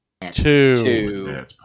two